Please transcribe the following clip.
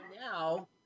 now